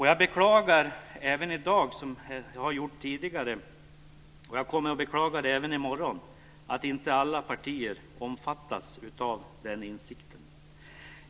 Jag beklagar, som jag tidigare gjort och kommer att göra även i morgon, att inte alla partier omfattar den insikten.